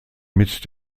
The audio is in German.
mit